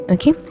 Okay